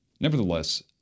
Nevertheless